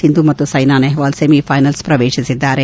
ಸಿಂಧು ಮತ್ತು ಸೈನಾ ನೆಹ್ವಾಲ್ ಸೆಮಿಫೈನಲ್ಸ್ ಪ್ರವೇಶಿಸಿದ್ದಾರೆ